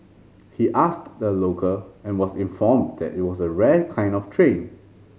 he asked the local and was informed that it was a rare kind of train